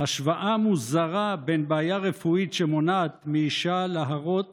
השוואה מוזרה בין בעיה רפואית שמונעת מאישה להרות